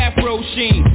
Afro-Sheen